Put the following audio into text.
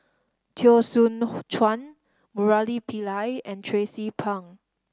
Teo Soon Chuan Murali Pillai and Tracie Pang